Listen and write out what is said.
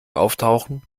auftauchen